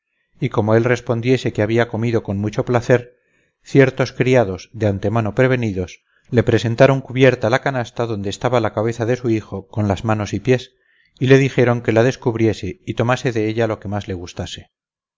y como él respondiese que había comido con mucho placer ciertos criados de antemano prevenidos le presentaron cubierta la canasta donde estaba la cabeza de su hijo con las manos y pies y le dijeron que la descubriese y tomase de ella lo que más le gustase